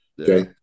Okay